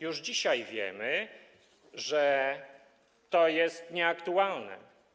Już dzisiaj wiemy, że to jest nieaktualne.